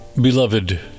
beloved